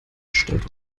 stellt